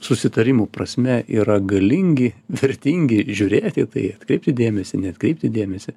susitarimų prasme yra galingi vertingi žiūrėti į tai atkreipti dėmesį neatkreipti dėmesį